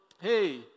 hey